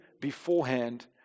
beforehand